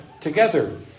together